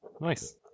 Nice